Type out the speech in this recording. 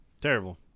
Terrible